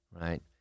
right